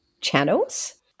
channels